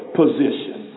position